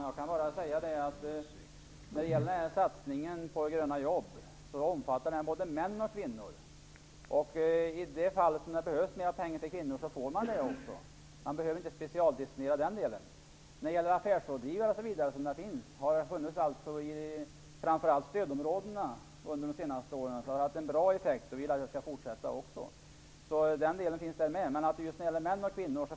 Herr talman! Jag kan bara säga att satsningen på gröna jobb omfattar både män och kvinnor. I de fall det behövs mer pengar till kvinnor får de det. Vi behöver inte specialdestinera den delen. Det har funnits affärsrådgivare i framför allt stödområdena under de senaste åren. Vi vill att den verksamheten skall fortsätta. Det finns resurser både när det gäller män och kvinnor.